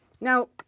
Now